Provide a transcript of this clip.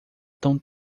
tão